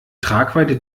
tragweite